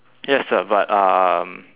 yes sir but um